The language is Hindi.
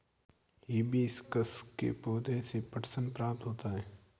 हिबिस्कस के पौधे से पटसन प्राप्त होता है